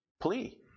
plea